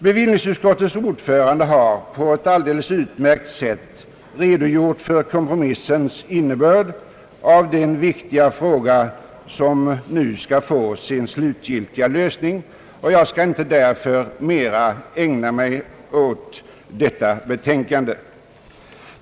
Bevillningsutskottets ordförande har på ett utmärkt sätt redogjort för kompromissens innebörd när det gäller den viktiga fråga som nu skall få sin slutgiltiga lösning, och jag skall därför inte mera ägna mig åt detta betänkande.